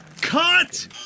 Cut